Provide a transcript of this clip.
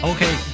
Okay